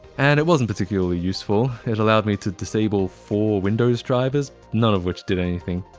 and it wasn't particularly useful. it allowed me to disable four windows drivers, none of which did anything.